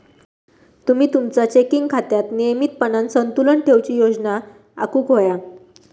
तुम्ही तुमचा चेकिंग खात्यात नियमितपणान संतुलन ठेवूची योजना आखुक व्हया